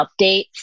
updates